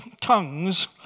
tongues